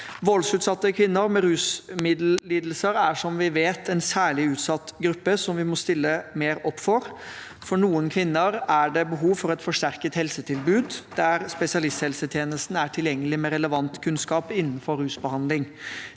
Voldsutsatte kvinner med rusmiddellidelser er, som vi vet, en særlig utsatt gruppe som vi må stille mer opp for. For noen kvinner er det behov for et forsterket helsetilbud, der spesialisthelsetjenesten er tilgjengelig med relevant kunnskap innenfor rusbehandling.